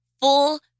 full